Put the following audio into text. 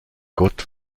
gott